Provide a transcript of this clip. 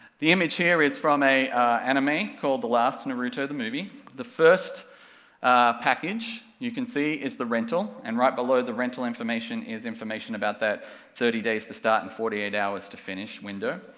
the image here is from a anime, called the last naruto the movie, the first package you can see is the rental, and right below the rental information is information about the thirty days to start and forty eight hours to finish window,